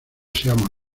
seamos